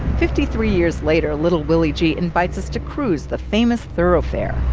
fifty-three years later, little willie g invites us to cruise the famous thoroughfare.